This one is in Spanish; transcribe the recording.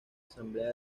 asamblea